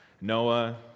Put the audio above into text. Noah